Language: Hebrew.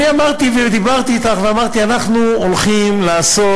אני דיברתי אתך, ואמרתי, אנחנו הולכים לעשות